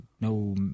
no